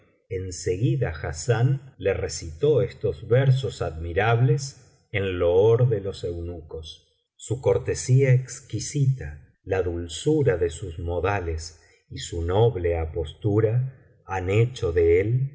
en seguida hassán le recitó estos versos admirables en loor de los eunucos biblioteca valenciana generalitat valenciana las mil noches y una noche su cortesía exquisita la dulzura de sus modales y su noble apostura han hecho de él